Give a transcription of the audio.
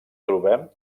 trobem